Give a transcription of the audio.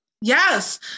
Yes